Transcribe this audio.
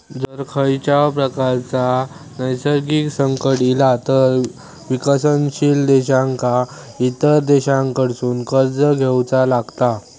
जर खंयच्याव प्रकारचा नैसर्गिक संकट इला तर विकसनशील देशांका इतर देशांकडसून कर्ज घेवचा लागता